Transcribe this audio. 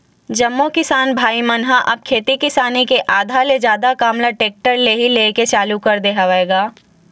जम्मो किसान भाई मन ह अब खेती किसानी के आधा ले जादा काम ल टेक्टर ले ही लेय के चालू कर दे हवय गा